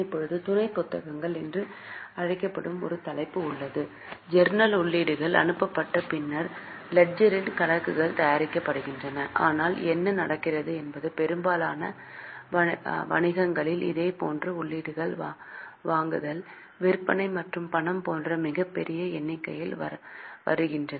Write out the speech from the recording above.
இப்போது துணை புத்தகங்கள் என்று அழைக்கப்படும் ஒரு தலைப்பு உள்ளது ஜர்னல் உள்ளீடுகள் அனுப்பப்பட்ட பின்னர் லெட்ஜர் கணக்குகள் தயாரிக்கப்படுகின்றன ஆனால் என்ன நடக்கிறது என்பது பெரும்பாலான வணிகங்களில் இதேபோன்ற உள்ளீடுகள் வாங்குதல் விற்பனை மற்றும் பணம் போன்ற மிகப் பெரிய எண்ணிக்கையில் வருகின்றன